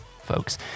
folks